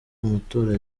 amatora